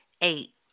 Eight